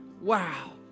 wow